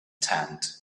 tent